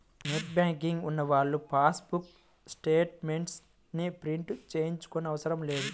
net banking ఉన్నవాళ్ళు pass book statements ని print తీయించుకోనవసరం లేదు